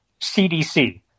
CDC